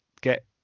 get